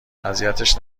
اذیتش